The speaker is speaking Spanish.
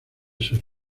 sus